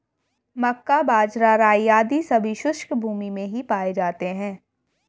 मक्का, बाजरा, राई आदि सभी शुष्क भूमी में ही पाए जाते हैं